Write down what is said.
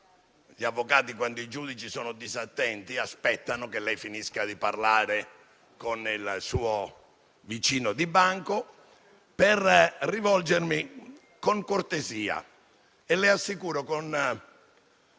gli avvocati quanti i giudici sono disattenti, aspetterò che lei finisca di parlare con il suo vicino di banco per rivolgermi a lei con cortesia e - le assicuro - con